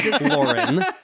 Lauren